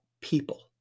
people